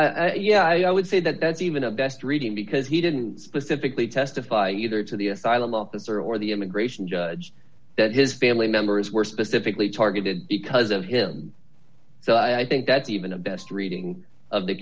not yeah i would say that that's even a best reading because he didn't specifically testify either to the asylum officer or the immigration judge that his family members were specifically targeted because of him so i think that's even a best reading of the